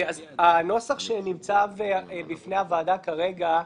הנוסח שנמצא בפני הוועדה כרגע,